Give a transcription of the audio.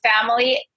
family